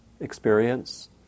experience